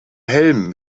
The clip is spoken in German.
helm